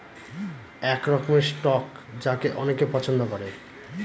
এক রকমের স্টক যাকে অনেকে পছন্দ করে